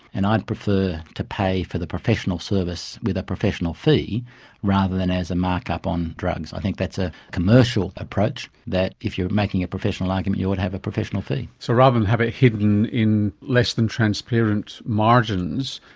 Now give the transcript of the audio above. and i'd prefer to pay for the professional service with a professional fee rather than as a mark up on drugs. i think that's a commercial approach that if you're making a professional argument you ought to have a professional fee. so rather than have it hidden in less than transparent margins,